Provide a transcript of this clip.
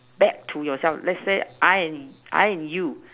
bad to yourself lets say I and I and you